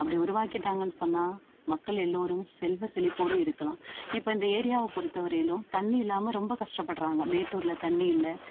அப்படி உருவாக்கிட்டாங்கன்னு சொன்னால் மக்கள் எல்லோரும் செல்வ செழிப்போடு இருக்கலாம் இப்போ இந்த ஏரியாவை பொறுத்த வரையிலும் தண்ணி இல்லாமல் ரொம்ப கஷ்டப்படுறாங்க மேட்டுரில் தண்ணி இல்லை